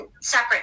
separate